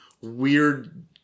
weird